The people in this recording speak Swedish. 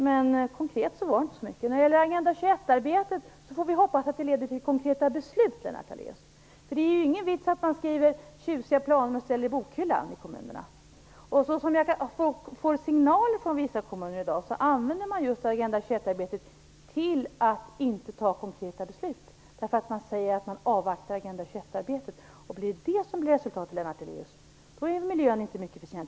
Men det var inte mycket som var konkret. Vi får hoppas att Agenda 21-arbetet leder till konkreta beslut, Lennart Daléus. Det är ingen vits med att skriva tjusiga planer i kommunerna och ställa dem i bokhyllan. Enligt signaler som jag får från vissa kommuner i dag använder man Agenda 21-arbetet till att inte ta konkreta beslut. Man säger att man först vill avvakta Agenda 21-arbetet. Det är miljön inte mycket betjänt av, Lennart Daléus.